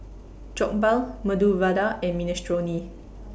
Jokbal Medu Vada and Minestrone